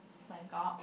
Bangkok